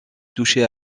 touché